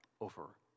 over